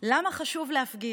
למה חשוב להפגין,